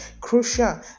crucial